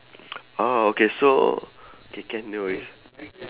orh okay so K can no worries